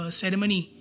ceremony